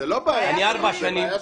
זו לא בעיה שלך,